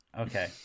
Okay